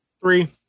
three